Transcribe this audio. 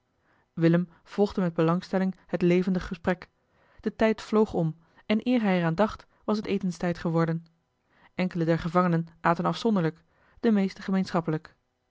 willem volgde met belangstelling het levendig gesprek de tijd vloog om en eer hij er aan dacht was het etenstijd geworden enkele der gevangenen aten afzonderlijk de meeste gemeenschappelijk